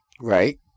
Right